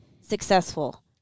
successful